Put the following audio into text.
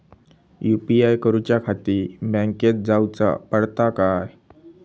UPI करूच्याखाती बँकेत जाऊचा पडता काय?